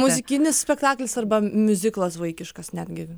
muzikinis spektaklis arba miuziklas vaikiškas netgi